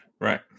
right